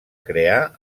crear